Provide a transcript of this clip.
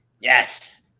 yes